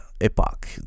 epoch